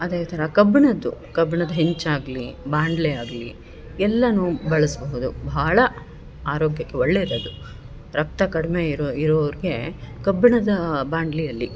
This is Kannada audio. ಅದೇ ಥರ ಕಬ್ಬಿಣದು ಕಬ್ಬಿಣದ ಹೆಂಚಾಗಲಿ ಬಾಂಡ್ಲಿಯಾಗಲಿ ಎಲ್ಲನು ಬಳಸಬಹುದು ಭಾಳ ಆರೋಗ್ಯಕ್ಕೆ ಒಳ್ಳೇಯದು ಅದು ರಕ್ತ ಕಡಿಮೆ ಇರೋ ಇರೋರಿಗೆ ಕಬ್ಬಿಣದ ಬಾಂಡ್ಲಿಯಲ್ಲಿ